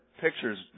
pictures